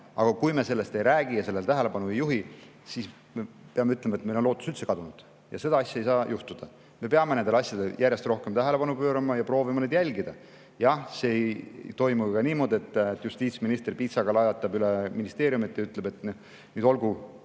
Aga kui me sellest ei räägi ja sellele tähelepanu ei juhi, siis me peame ütlema, et meil on lootus üldse kadunud. Ja seda ei tohi juhtuda. Me peame nendele asjadele järjest rohkem tähelepanu pöörama ja proovima neid jälgida. Jah, see ei toimu ka niimoodi, et justiitsminister piitsaga lajatab üle ministeeriumide ja ütleb: "Nüüd olgu